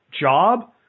job